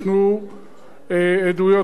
הדבר הזה הוא יותר מחמור,